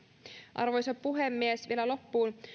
arvoisa puhemies vielä loppuun